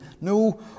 No